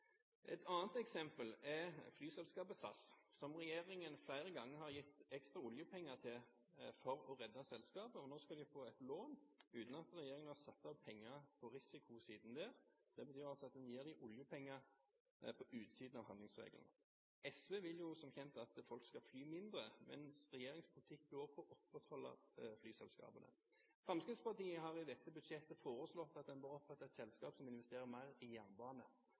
Et annet eksempel er flyselskapet SAS, som regjeringen flere ganger har gitt ekstra oljepenger til for å redde selskapet. Nå skal de få et lån, uten at regjeringen har satt av penger på risikosiden. Det betyr at en gir dem oljepenger på utsiden av handlingsregelen. SV vil jo som kjent at folk skal fly mindre, mens regjeringens politikk går på å opprettholde flyselskapene. Fremskrittspartiet har i dette budsjettet foreslått at en bør opprette et selskap som investerer mer i jernbane,